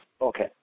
Okay